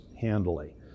handily